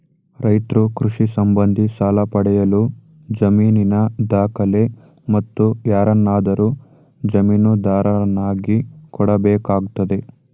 ರೈತ್ರು ಕೃಷಿ ಸಂಬಂಧಿ ಸಾಲ ಪಡೆಯಲು ಜಮೀನಿನ ದಾಖಲೆ, ಮತ್ತು ಯಾರನ್ನಾದರೂ ಜಾಮೀನುದಾರರನ್ನಾಗಿ ಕೊಡಬೇಕಾಗ್ತದೆ